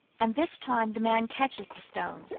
and this time the man catches the stone.